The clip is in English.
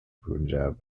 punjab